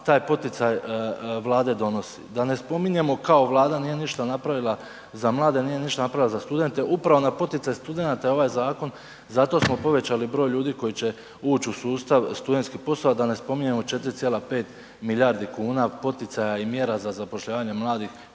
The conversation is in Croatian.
taj poticaj Vlade donosi. Da ne spominjemo kao Vlada nije ništa napravila za mlade, nije ništa napravila za studente, upravo na poticaj studenata je ovaj zakon, zato smo povećali broj ljudi koji će uć u sustav studentskih poslova, da ne spominjemo 4,5 milijardi kuna poticaja i mjera za zapošljavanje mladih